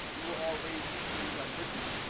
we were all raised to believe like listen,